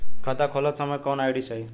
खाता खोलत समय कौन आई.डी चाही?